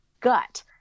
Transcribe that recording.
gut